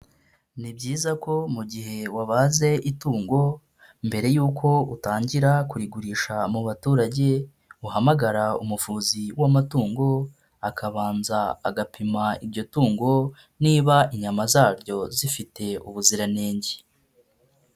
Ni byiza ko mu gihe wabaze itungo mbere yuko utangira kurigurisha mu baturage, uhamagara umuvuzi w'amatungo akabanza agapima iryo tungo niba inyama zaryo zifite ubuziranenge.